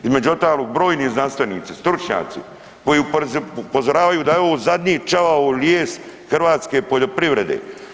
Između ostalog, brojni znanstvenici, stručnjaci koji upozoravaju da je ovo zadnji čavao u lijes hrvatske poljoprivrede.